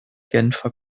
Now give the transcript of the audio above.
genfer